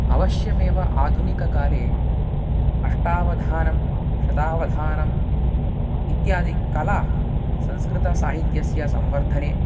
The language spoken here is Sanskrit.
अवश्यमेव आधुनिककाले अष्टावधानं शतावधानम् इत्यादि कलाः संस्कृतसाहित्यस्य संवर्धने